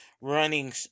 running